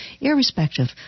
irrespective